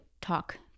talk